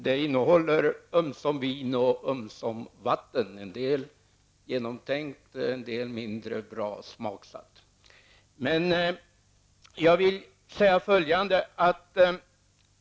Det innehåller ömsom vin, ömsom vatten, en del väl genomtänkt, en del mindre bra smaksatt. Jag vill säga följande.